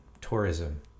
tourism